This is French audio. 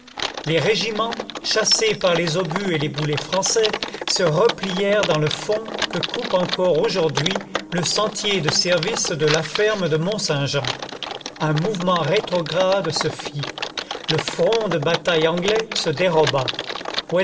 les régiments chassés par les obus et les boulets français se replièrent dans le fond que coupe encore aujourd'hui le sentier de service de la ferme de mont-saint-jean un mouvement rétrograde se fit le front de bataille anglais se déroba